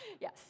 Yes